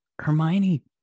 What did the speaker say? Hermione